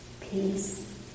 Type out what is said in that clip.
Peace